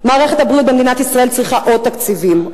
מערכת הבריאות במדינת ישראל צריכה עוד תקציבים,